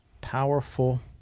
powerful